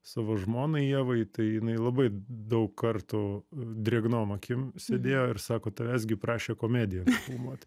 savo žmonai ievai tai jinai labai daug kartų drėgnom akim sėdėjo ir sako tavęs gi prašė komediją filmuoti